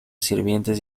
sirvientes